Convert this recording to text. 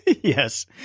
yes